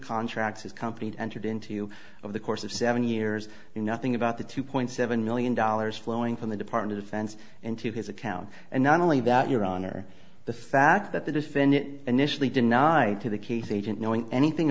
contracts his company entered into you over the course of seven years you nothing about the two point seven million dollars flowing from the department of defense into his account and not only that your honor the fact that the definit initially denied to the keith agent knowing anything